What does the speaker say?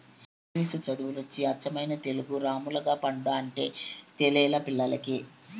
ఇంగిలీసు చదువులు వచ్చి అచ్చమైన తెలుగు రామ్ములగపండు అంటే తెలిలా పిల్లోల్లకి